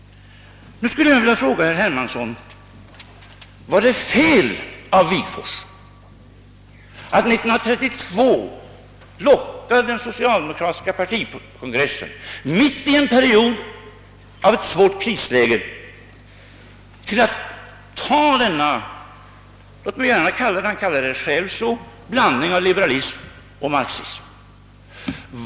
Nu vill jag fråga herr Hermansson: Var det fel av Wigforss att 1932 locka den socialdemokratiska partikongressen, mitt i ett svårt krisläge, att ansluta sig till denna, som han själv säger, blandning av liberalism och marxism?